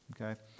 Okay